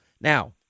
now